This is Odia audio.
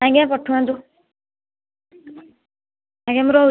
ଆଜ୍ଞା ପଠାନ୍ତୁ ଆଜ୍ଞା ମୁଁ ରହୁଛି